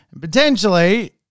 potentially